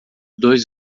dois